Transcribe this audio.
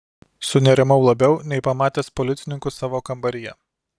sunerimau labiau nei pamatęs policininkus savo kambaryje